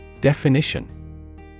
Definition